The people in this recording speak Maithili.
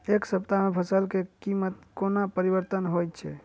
एक सप्ताह मे फसल केँ कीमत कोना परिवर्तन होइ छै?